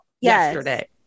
yesterday